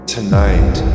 Tonight